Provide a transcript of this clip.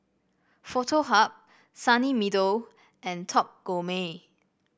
Foto Hub Sunny Meadow and Top Gourmet